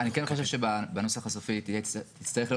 אני כן חושב שבנוסח הסופי תצטרך להיות